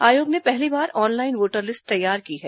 आयोग ने पहली बार ऑनलाइन वोटर लिस्ट तैयार की है